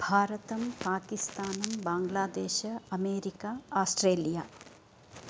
भारतम् पाकिस्तानम् बाङ्ग्लादेशः अमेरिका आस्ट्रेलिया